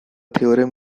theorem